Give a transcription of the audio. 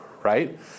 Right